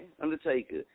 Undertaker